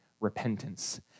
repentance